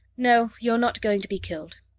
no, you're not going to be killed.